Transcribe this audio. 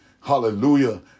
hallelujah